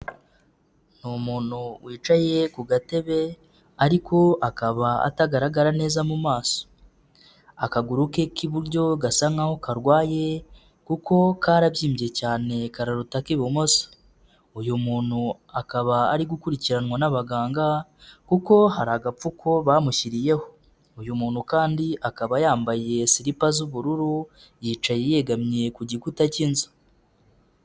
Ni umuntu wicaye ku gatebe ariko akaba atagaragara neza mu maso, akaguru ke k'iburyo gasa nkaho karwaye kuko karabyimbye cyane kararuta ak'ibumoso, uyu muntu akaba ari gukurikiranwa n'abaganga kuko hari agapfuko bamushyiriyeho, uyu muntu kandi akaba yambaye siripa z'ubururu yicaye yegamiye ku gikuta cy'inzu.